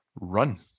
run